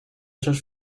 sus